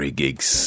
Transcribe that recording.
gigs